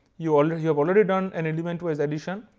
you already have already done an element wise addition,